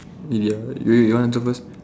ya wait wait you want to talk first